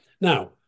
Now